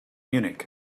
munich